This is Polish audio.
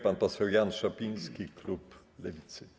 Pan poseł Jan Szopiński, klub Lewicy.